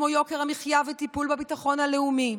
כמו יוקר המחיה וטיפול בביטחון הלאומי.